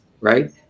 right